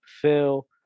Phil